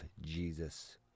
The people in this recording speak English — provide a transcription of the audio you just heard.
Jesus